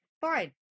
fine